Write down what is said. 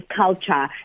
culture